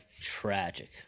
Tragic